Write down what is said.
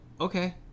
okay